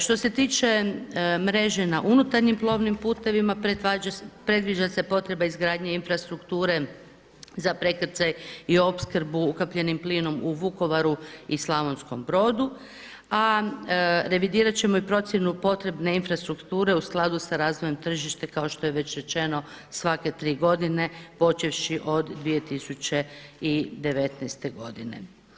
Što se tiče mreže na unutarnjim plovnim putevima predviđa se potreba izgradnje infrastrukture za prekrcaj i opskrbu ukapljenim plinom u Vukovaru i Slavonskom brodu a revidirati ćemo i procjenu potrebne infrastrukture u skladu sa razvojem tržišta kao što je već rečeno svake tri godine počevši od 2019. godine.